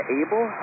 able